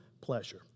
pleasure